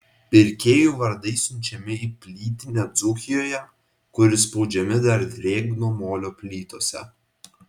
pirkėjų vardai siunčiami į plytinę dzūkijoje kur įspaudžiami dar drėgno molio plytose